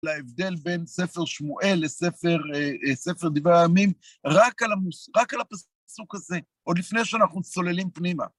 להבדל בין ספר שמואל לספר דברי הימים רק על הפסוק הזה, עוד לפני שאנחנו צוללים פנימה.